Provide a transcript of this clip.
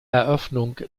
eröffnung